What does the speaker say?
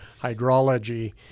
hydrology